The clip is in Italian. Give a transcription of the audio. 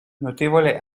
notevole